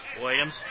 Williams